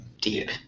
Deep